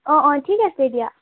অ অ ঠিক আছে দিয়া